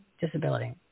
disability